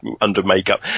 under-makeup